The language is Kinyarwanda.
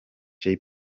jay